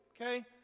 okay